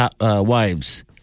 Wives